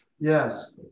Yes